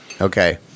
Okay